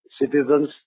Citizens